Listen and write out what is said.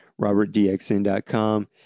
RobertDXN.com